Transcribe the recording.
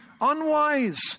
unwise